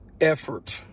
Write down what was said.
effort